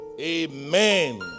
amen